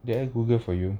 did I google for you